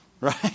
Right